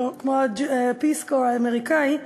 כמו ה-Peace Corps האמריקני,